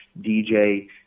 DJ